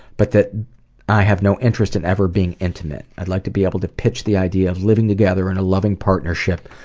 but that i have no interest in ever being intimate. i would like to be able to pitch the idea of living together in a loving partnership,